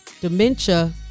Dementia